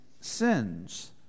sins